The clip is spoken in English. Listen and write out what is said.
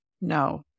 No